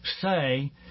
say